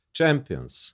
champions